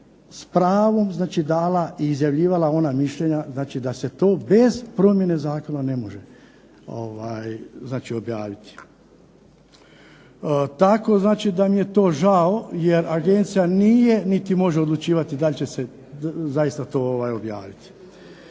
s pravom dala, i izjavljivala ona mišljenja, dakle da se to bez promjene Zakona ne može. Tako znači da mi je to žao jer Agencija nije niti može odlučivati da li će se zaista to objaviti.